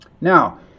Now